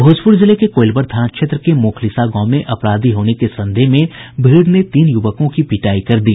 भोजपुर जिले के कोईलवर थाना क्षेत्र के मोखलिसा गांव में अपराधी होने के संदेह में भीड़ ने तीन युवकों की पिटाई कर दी